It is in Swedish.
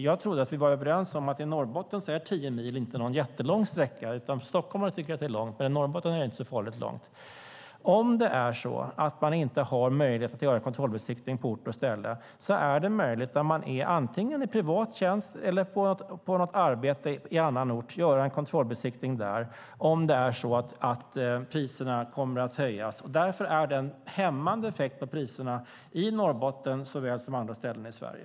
Jag trodde att vi var överens om att i Norrbotten är tio mil inte någon jättelång sträcka. Stockholmare tycker att det är långt, men i Norrbotten är det inte så farligt långt. Om man inte har möjlighet att göra kontrollbesiktning på ort och ställe är det möjligt när man är på annan ort, antingen privat eller i arbete, att göra en kontrollbesiktning där om priserna kommer att höjas. Därför är det en hämmande effekt på priserna i Norrbotten såväl som på andra ställen i Sverige.